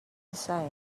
design